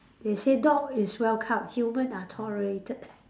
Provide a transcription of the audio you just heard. they say dog is welcome human are tolerated